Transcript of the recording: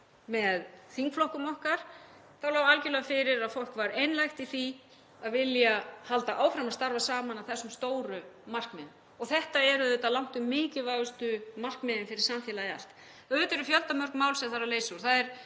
með þingflokkum lá algjörlega fyrir að fólk var einlægt í því að vilja halda áfram að starfa saman að þessum stóru markmiðum. Þetta eru auðvitað langtum mikilvægustu markmiðin fyrir samfélagið allt. Auðvitað eru fjöldamörg mál sem þarf að leysa úr.